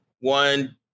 One